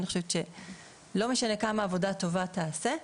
אני חושבת שלא משנה כמה עבודה טובה תיעשה,